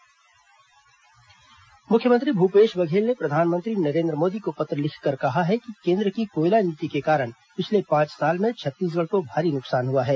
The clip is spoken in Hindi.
मुख्यमंत्री पत्र मुख्यमंत्री भूपेश बधेल ने प्रधानमंत्री नरेन्द्र मोदी को पत्र लिखकर कहा है कि केन्द्र की कोयला नीति के कारण पिछले पांच साल में छत्तीसगढ़ को भारी नुकसान हुआ है